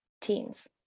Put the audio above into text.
teens